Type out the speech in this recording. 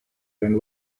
been